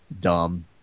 dumb